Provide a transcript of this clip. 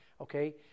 okay